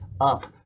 up